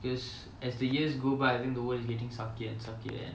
because as the years go by I think the world is getting suckier and suckier and